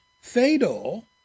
fatal